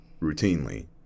routinely